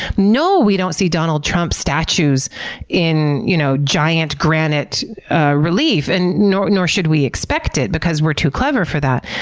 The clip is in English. no, we don't see donald trump statues in you know giant granite relief and nor nor should we expect it because we're too clever for that,